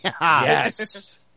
Yes